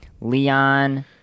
Leon